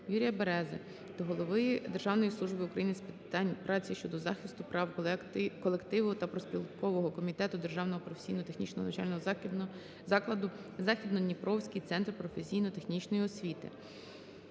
Юрія Берези до голови Державної служби України з питань праці щодо захисту прав колективу та профспілкового комітету Державного професійно-технічного навчального закладу "Західно-Дніпровський центр професійно-технічної освіти".